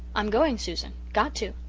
i'm going, susan got to.